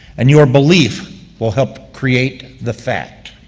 and your belief will help create the fact.